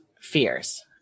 fears